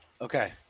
Okay